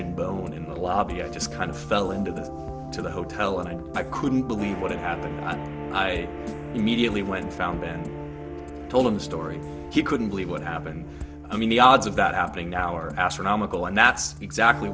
and bone in the lobby i just kind of fell into the to the hotel and i couldn't believe what had happened i immediately went found and told him story he couldn't believe what happened i mean the odds of that happening now are astronomical and that's exactly